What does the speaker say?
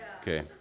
Okay